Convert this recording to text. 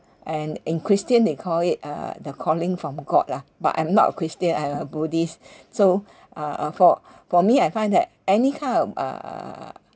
and in christian they call it uh the calling from god lah but I'm not a christian I'm a buddhist so uh uh for for me I find that any kind of err